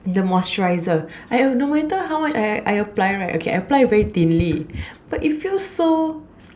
the moisturizer I uh no matter how much I I apply right okay I apply very thinly but it feels so